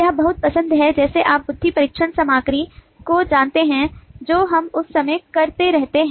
यह बहुत पसंद है जैसे आप बुद्धि परीक्षण सामग्री को जानते हैं जो हम उस समय करते रहते हैं